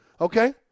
okay